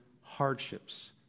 hardships